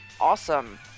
awesome